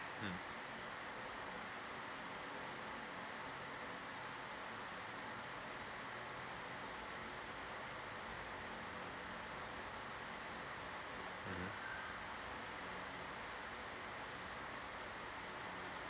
mm mmhmm